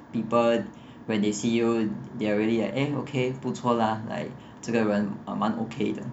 people when they see you they are really like eh okay 不错 lah like 这个人 uh 蛮 okay 的